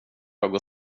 och